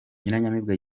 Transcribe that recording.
nyiranyamibwa